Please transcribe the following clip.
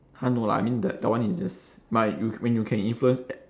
!huh! no lah I mean that that one is just my you mean you can influence